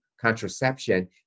contraception